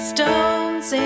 Stones